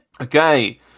Okay